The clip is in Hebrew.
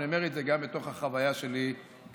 אני אומר את זה גם מתוך החוויה שלי כמי